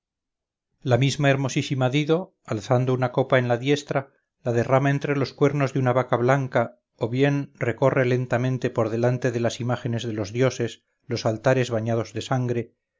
la misma hermosísima dido alzando una copa en la diestra la derrama entre los cuernos de una vaca blanca o bien recorre lentamente por delante de las imágenes de los dioses los altares bañados de sangre